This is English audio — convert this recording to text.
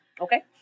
okay